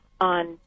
on